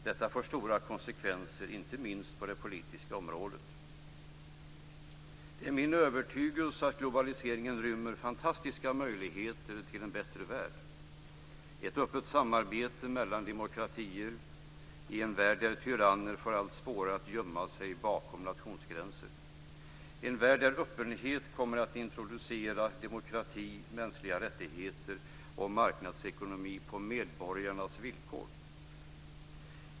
Detta får stora konsekvenser inte minst på det politiska området. Det är min övertygelse att globaliseringen rymmer fantastiska möjligheter till en bättre värld. Det blir ett öppet samarbete mellan demokratier i en värld där tyranner får allt svårare att gömma sig bakom nationsgränser. Det blir en värld där öppenheten kommer att introducera demokrati, mänskliga rättigheter och marknadsekonomi på medborgarnas villkor.